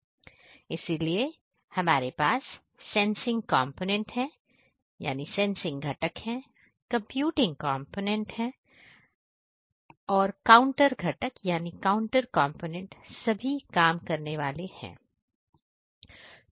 इसीलिए हमारे पास सेंसिंग घटक सभी काम करने वाले हाथ है